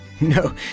No